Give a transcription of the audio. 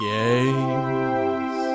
games